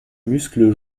muscles